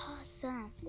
awesome